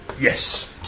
Yes